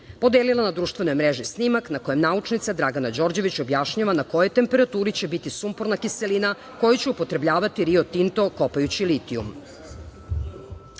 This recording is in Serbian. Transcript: podelila na društvenoj mreži snimak na kojem naučnica Dragana Đorđević objašnjava na kojoj temperaturi će biti sumporna kiselina koju će upotrebljavati Rio Tinto kopajući litijum.„Hajde